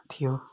थियो